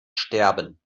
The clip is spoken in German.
sterben